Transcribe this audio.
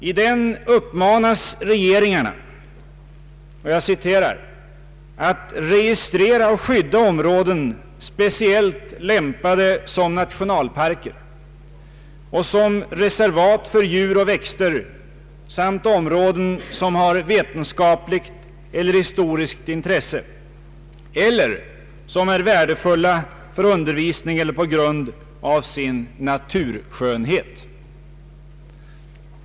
I den uppmanas regeringarna ”att registrera och skydda områden speciellt lämpade som nationalparker och som reservat för djur och växter, samt områden som har vetenskapligt eller historiskt intresse eller som är värdefulla för undervisning eller på grund av sin naturskönhet”.